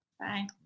Bye